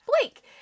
Blake